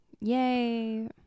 Yay